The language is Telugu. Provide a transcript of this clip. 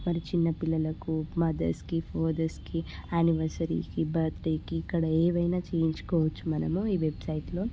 మరి చిన్న పిల్లలకు మదర్స్కి ఫాదర్స్కి ఆనివర్సరీకి బర్త్డేకి ఇక్కడ ఏవైనా చేయించుకోవచ్చు మనము ఈ వెబ్సైట్లో